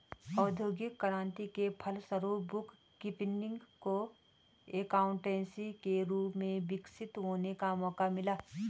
औद्योगिक क्रांति के फलस्वरूप बुक कीपिंग को एकाउंटेंसी के रूप में विकसित होने का मौका मिला